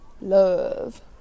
Love